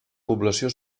població